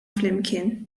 flimkien